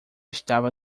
estava